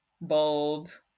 bold